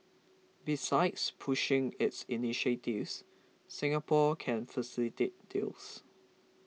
besides pushing its initiatives Singapore can facilitate deals